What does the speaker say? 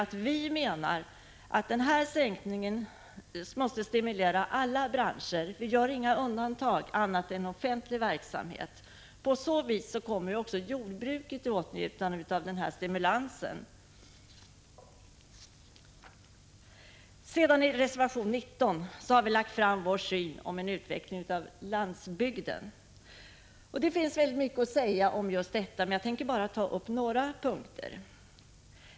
Jag vill bara säga att vi menar att sänkningen måste stimulera alla 22 maj 1986 branscher. Vi gör inga undantag för annat än offentlig verksamhet. På så vis kommer också jordbruket i åtnjutande av denna stimulans. I reservation 19 har vi framlagt vår syn på hur landsbygden skall kunna utvecklas. Det finns väldigt mycket att säga om just detta, men jag tänker bara ta upp några punkter.